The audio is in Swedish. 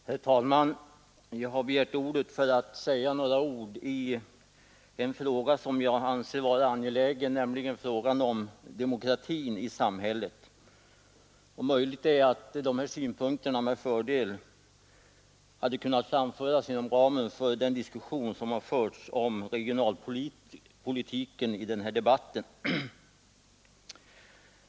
Herr talman! Jag har begärt ordet för att ta upp en fråga som jag anser vara angelägen, nämligen demokratin i samhället. Det är möjligt att dessa synpunkter med fördel också hade kunnat framföras inom ramen för den diskussion som har förts om regionalpolitiken i denna debatt.